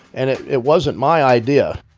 and it it wasn't my idea